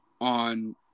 on